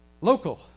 Local